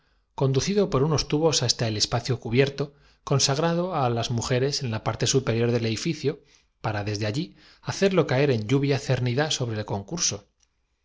conducido por unos tubos hasta el espacio cubierto consagrado á las mujeres en la parte supe capitulo xviii rior del edificio para desde allí hacerlo caer en lluvia cernida sobre el concurso